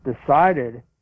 decided